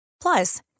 plus